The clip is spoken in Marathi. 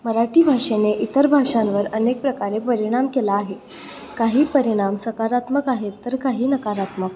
मराठी भाषेने इतर भाषांवर अनेक प्रकारे परिणाम केला आहे काही परिणाम सकारात्मक आहेत तर काही नकारात्मक